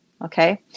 okay